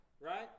right